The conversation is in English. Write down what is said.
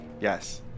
Yes